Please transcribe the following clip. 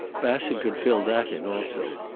bassett could fill that in also.